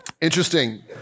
Interesting